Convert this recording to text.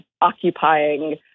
occupying